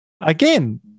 again